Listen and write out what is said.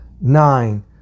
nine